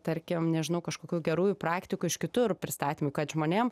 tarkim nežinau kažkokių gerųjų praktikų iš kitur pristatymų kad žmonėm